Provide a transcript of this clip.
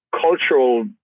cultural